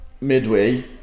midway